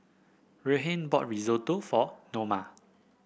Reinhold bought Risotto for Noma